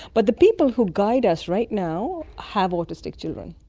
but the people who guide us right now have autistic children.